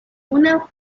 una